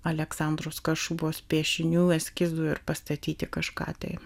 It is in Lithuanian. aleksandros kašubos piešinių eskizų ir pastatyti kažką tai